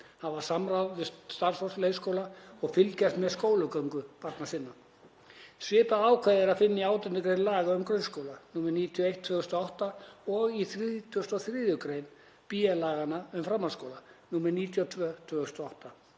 hafa samráð við starfsfólk leikskóla og fylgjast með skólagöngu barna sinna. Svipað ákvæði er að finna í 18. gr. laga um grunnskóla, nr. 91/2008, og í 33. gr. b laga um framhaldsskóla, nr. 92/2008,